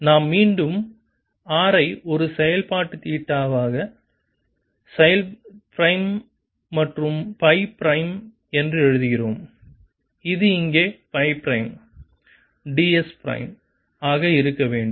நாம் மீண்டும் R ஐ ஒரு செயல்பாட்டு தீட்டா பிரைம் மற்றும் சை பிரைம் என்று எழுதுகிறோம் இது இங்கே பிரைம் ds பிரைம் ஆக இருக்க வேண்டும்